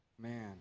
man